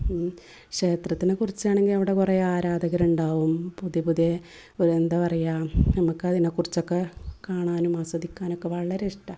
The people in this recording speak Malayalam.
ക്ഷേത്രത്തിനെ കുറിച്ചാണെങ്കിൽ അവിടെ കുറേ ആരാധകർ ഉണ്ടാവും പുതിയ പുതിയ ഒ എന്താണ് പറയുക നമുക്ക് അതിനെകുറിച്ചൊക്കെ കാണാനും ആസ്വദിക്കാനും ഒക്കെ വളരെ ഇഷ്ടമാണ്